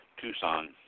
Tucson